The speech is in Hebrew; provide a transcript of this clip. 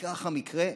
מקרה אחר מקרה,